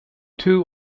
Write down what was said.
two